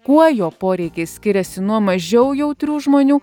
kuo jo poreikiai skiriasi nuo mažiau jautrių žmonių